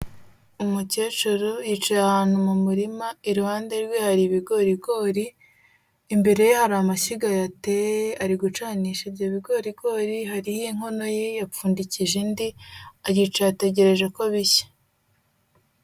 Umukecuru yicaye ahantu mu murima iruhande rwe hari ibigorigori, imbere ye hari amashyiga yateye ari gucanisha ibyo bigori, hariho inkono ye, yapfundikije indi aricaye ategereje ko bishya.